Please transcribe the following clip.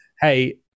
hey